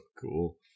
cool